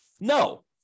no